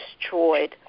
destroyed